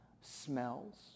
smells